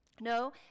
No